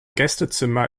gästezimmer